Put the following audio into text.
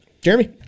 Jeremy